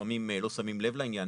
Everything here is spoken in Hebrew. לפעמים לא שמים לב לעניין,